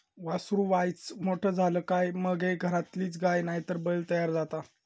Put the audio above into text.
वासरू वायच मोठा झाला काय मगे घरातलीच गाय नायतर बैल तयार जाता